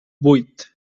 vuit